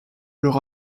leur